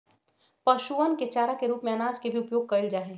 पशुअन के चारा के रूप में अनाज के भी उपयोग कइल जाहई